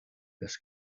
los